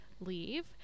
leave